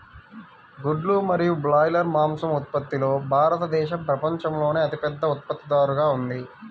గుడ్లు మరియు బ్రాయిలర్ మాంసం ఉత్పత్తిలో భారతదేశం ప్రపంచంలోనే అతిపెద్ద ఉత్పత్తిదారుగా ఉంది